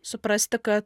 suprasti kad